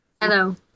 Hello